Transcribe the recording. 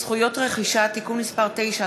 (זכויות רכישה) (תיקון מס' 9),